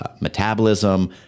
metabolism